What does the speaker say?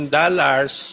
dollars